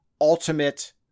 ultimate